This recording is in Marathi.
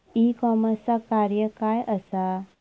ई कॉमर्सचा कार्य काय असा?